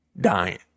dying